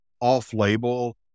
off-label